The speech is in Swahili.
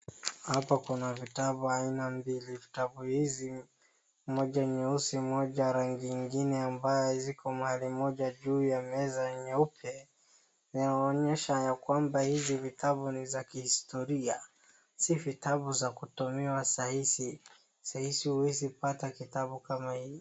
Hapa kuna vitabu aina mbili, vitabu hizi, moja nyeusi, moja rangi ingine ambayo ziko mahali moja juu ya meza nyeupe na inaonyesha ya kwamba hizi vitabu ni za kihistoria, si vitabu za kutumiwa sahizi, sahizi huwezi pata kitabu kama hii.